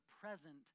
present